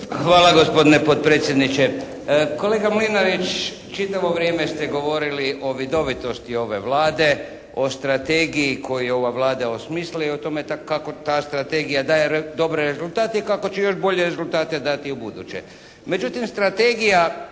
Hvala gospodine potpredsjedniče. Kolega Mlinarić čitavo vrijeme ste govorili o vidovitosti ove Vlade, o strategiji koju je ova Vlada osmislila, o tome kako ta strategija daje dobre rezultate i kako će još bolje rezultate dati i ubuduće. Međutim, Strategija